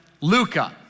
Luca